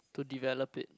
to develop it